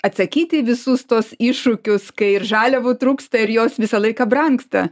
atsakyti į visus tuos iššūkius kai ir žaliavų trūksta ir jos visą laiką brangsta